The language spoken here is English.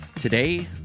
Today